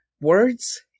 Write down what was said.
words